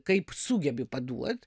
kaip sugebi paduot